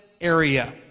area